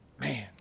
man